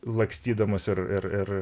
lakstydamas ir ir ir